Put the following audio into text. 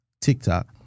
TikTok